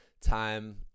time